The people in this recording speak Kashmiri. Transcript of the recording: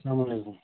اَسلامُ علیکُم